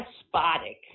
despotic